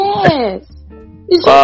Yes